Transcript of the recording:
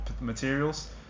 materials